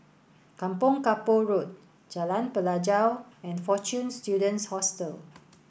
Kampong Kapor Road Jalan Pelajau and Fortune Students Hostel